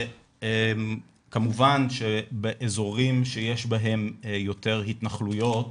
כמובן שבאזורים שיש בהם יותר התנחלויות